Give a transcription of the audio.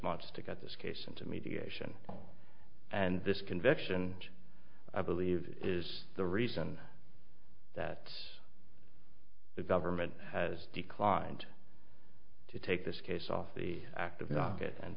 months to get this case into mediation and this conviction i believe is the reason that if ever made has declined to take this case off the active knock it and